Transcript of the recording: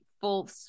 full